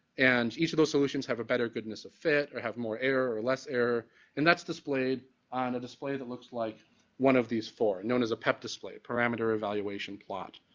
and each of those solutions have a better goodness of fit or have more error or less error and that's displayed on a display that looks like one of these four known as a pep display, parameter evaluation plot.